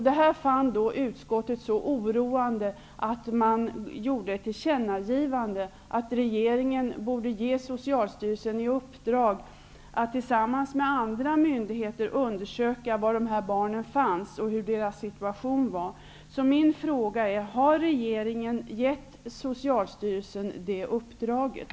Detta fann utskottet så oroande att man gjorde ett tillkännagivande som innebar att regeringen borde ge Socialstyrelsen i uppdrag att tillsammans med andra myndigheter undersöka var dessa barn fanns och hur deras si tuation var. Min fråga är: Har regeringen gett So cialstyrelsen det uppdraget?